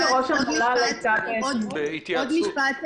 אין באמור כאן השלכה להסדרים הצופים פני עתיד לקראת היערכות